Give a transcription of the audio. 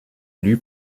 élu